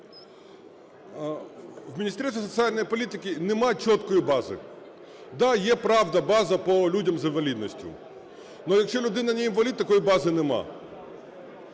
У Міністерстві социальной політики немає четкой бази. Да, є, правда, база по людях з інвалідністю. Ну, якщо людина не інвалід, такої бази нема.